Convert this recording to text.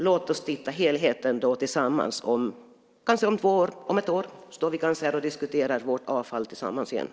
Låt oss titta på helheten tillsammans om ett eller två år då vi kanske åter diskuterar avfallsfrågor.